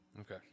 okay